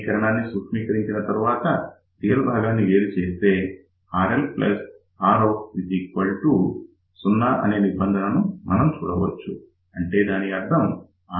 సమీకరణాన్ని సూక్ష్మీకరించిన తరువాత రియల్ భాగాన్ని వేరు చేస్తే RL Rout 0 అనే నిబంధన మనం చూడవచ్చు అంటే దాని అర్థం RL Rout